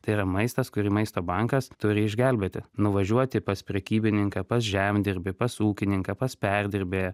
tai yra maistas kurį maisto bankas turi išgelbėti nuvažiuoti pas prekybininką pas žemdirbį pas ūkininką pas perdirbėją